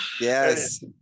Yes